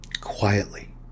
Quietly